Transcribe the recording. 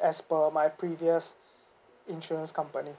as per my previous insurance company